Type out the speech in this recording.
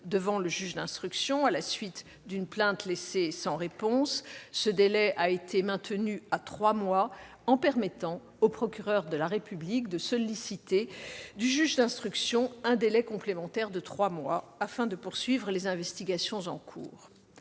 devant le juge d'instruction à la suite d'une plainte laissée sans réponse. Ce délai a été maintenu à trois mois en permettant au procureur de la République de solliciter du juge d'instruction un délai complémentaire de trois mois afin de poursuivre les investigations en cours.